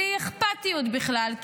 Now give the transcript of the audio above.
בלי אכפתיות בכלל,